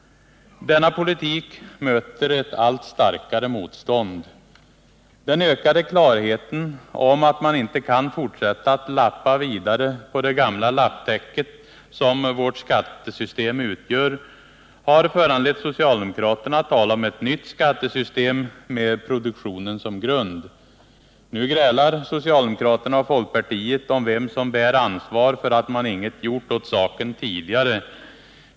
Denna politik möter ett allt starkare motstånd. Den ökade klarheten om att man inte kan fortsätta att lappa vidare på det gamla lapptäcket, som vårt skattesystem utgör, har föranlett socialdemokraterna att tala om ett nytt skattesystem med produktionen som grund. Nu grälar socialdemokraterna och folkpartiet om vem som bär ansvar för att man inget gjort åt saken tidigare.